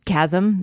chasm